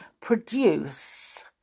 produce